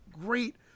great